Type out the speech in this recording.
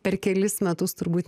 per kelis metus turbūt